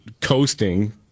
coasting